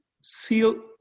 seal